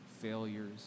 failures